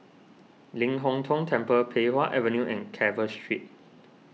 Ling Hong Tong Temple Pei Wah Avenue and Carver Street